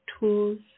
tools